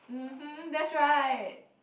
uh that's right